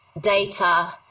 data